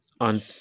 on